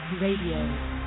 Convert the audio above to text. Radio